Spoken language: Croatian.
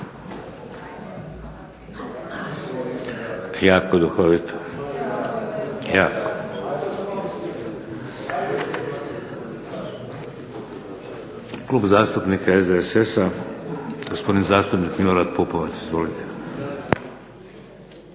Jako duhovito. Jako. Klub zastupnika SDSS-a, gospodin zastupnik Milorad Pupovac. Izvolite.